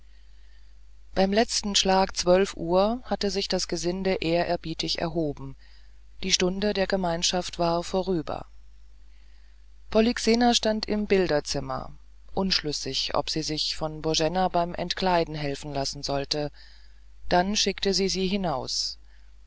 beim letzten schlag zwölf uhr hatte sich das gesinde ehrerbietig erhoben die stunde der gemeinschaft war vorüber polyxena stand im bilderzimmer unschlüssig ob sie sich von boena beim entkleiden helfen lassen sollte dann schickte sie sie hinaus